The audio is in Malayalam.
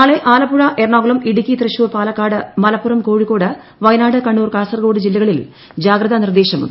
നാളെ ആലപ്പുഴ എറണാകുളം ഇടുക്കി തൃശ്ശൂർ പാലക്കാട് മലപ്പുറം കോഴിക്കോട് വയനാട് കണ്ണൂർ കാസർഗോഡ് ജില്ലകളിൽ ജാഗ്രത നിർദ്ദേശമുണ്ട്